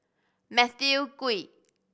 Matthew Ngui